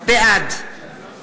בעד